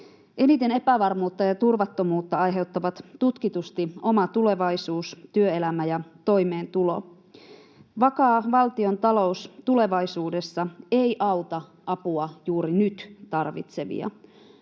Eniten epävarmuutta ja turvattomuutta aiheuttavat tutkitusti oma tulevaisuus, työelämä ja toimeentulo. Vakaa valtiontalous tulevaisuudessa ei auta apua juuri nyt tarvitsevia.